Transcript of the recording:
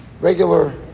regular